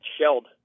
shelled